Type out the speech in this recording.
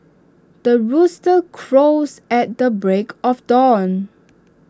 the rooster crows at the break of dawn